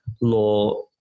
law